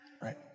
right